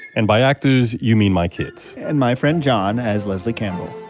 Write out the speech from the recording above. and by actors, you mean my kids and my friend jon as leslie campbell